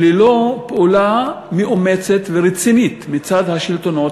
ללא פעולה מאומצת ורצינית מצד השלטונות